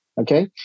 okay